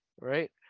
Right